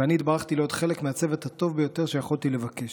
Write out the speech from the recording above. ואני התברכתי להיות חלק מהצוות הטוב ביותר שיכולתי לבקש.